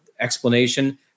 explanation